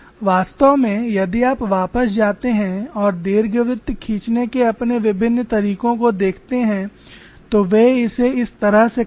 वास्तव में यदि आप वापस जाते हैं और दीर्घवृत्त खींचने के अपने विभिन्न तरीकों को देखते हैं तो वे इसे इस तरह से करेंगे